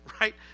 right